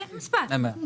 במספר,